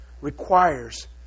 Requires